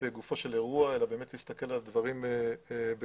לגופו של אירוע אלא באמת להסתכל על דברים בגדול.